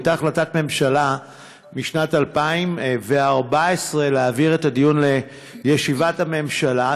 הייתה החלטת ממשלה משנת 2014 להעביר את הדיון לישיבת הממשלה,